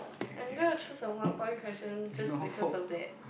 I'm going to choose a one point question just because of that